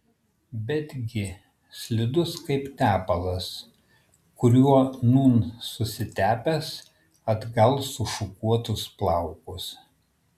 betgi slidus kaip tepalas kuriuo nūn susitepęs atgal sušukuotus plaukus